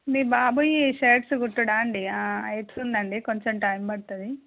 మీ బాబుయీ షర్ట్స్ కుట్టడా అండి అవుతుందండి కొంచం టైమ్ పడుతుంది